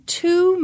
two